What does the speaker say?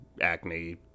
acne